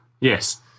Yes